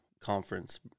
conference